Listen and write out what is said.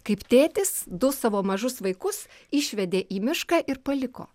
kaip tėtis du savo mažus vaikus išvedė į mišką ir paliko